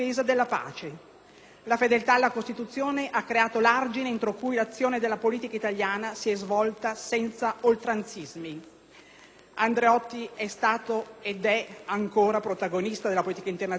La fedeltà alla Costituzione ha creato l'argine entro cui l'azione della politica italiana si è svolta senza oltranzismi. Andreotti è stato ed è ancora protagonista della politica internazionale perché